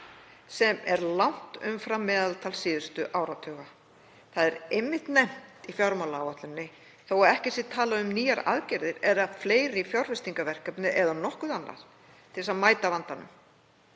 sem er langt umfram meðaltal síðustu áratuga. Þetta er einmitt nefnt í fjármálaáætluninni þó að ekki sé talað um nýjar aðgerðir eða fleiri fjárfestingarverkefni eða nokkuð annað til að mæta vandanum.